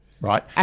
right